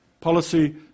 policy